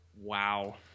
Wow